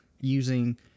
using